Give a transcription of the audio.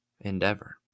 endeavor